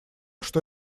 что